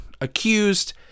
accused